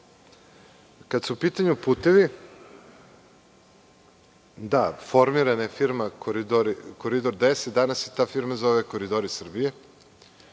su u pitanju putevi, da, formirana je firma Koridor 10. Danas se ta firma zove „Koridori Srbije“,